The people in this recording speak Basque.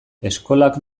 eskolak